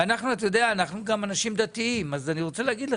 אנחנו גם אנשים דתיים, אז אני רוצה להגיד לך: